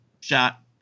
shot